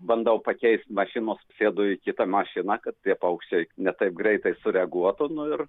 bandau pakeist mašinas sėdu į kitą mašiną kad tie paukščiai ne taip greitai sureaguotų nu ir